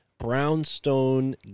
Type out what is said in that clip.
brownstone